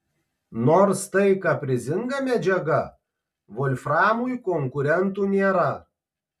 nors tai kaprizinga medžiaga volframui konkurentų nėra